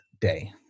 Day